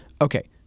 Okay